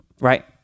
right